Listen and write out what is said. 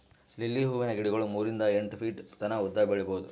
lily ಹೂವಿನ ಗಿಡಗೊಳ್ ಮೂರಿಂದ್ ಎಂಟ್ ಫೀಟ್ ತನ ಉದ್ದ್ ಬೆಳಿಬಹುದ್